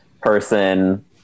person